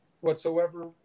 whatsoever